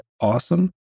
awesome